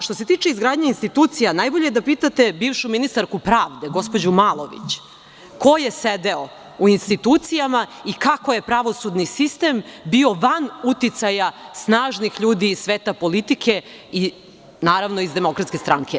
Što se tiče izgradnje institucija, najbolje je da pitate bivšu ministarku pravde, gospođu Malović, ko je sedeo u institucijama i kako je pravosudni sistem bio van uticaja snažnih ljudi iz sveta politike i naravno, iz DS-a.